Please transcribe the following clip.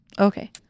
okay